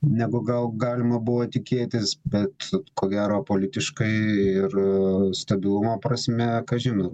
negu gal galima buvo tikėtis bet ko gero politiškai ir stabilumo prasme kažin